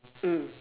mm